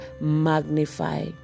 magnify